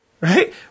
Right